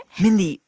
mindy,